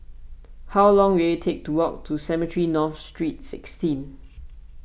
how long will it take to walk to Cemetry North Street sixteen